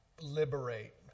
liberate